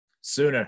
Sooner